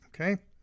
Okay